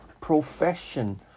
profession